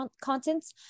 contents